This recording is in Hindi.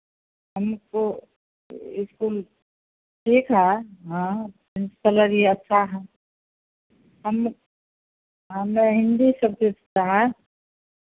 हमको स्कूल ठीक है हाँ प्रिंसिपल अभी अच्छा हैं हम हम्में हिन्दी सब्जेक्ट का है